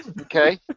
okay